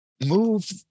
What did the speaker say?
move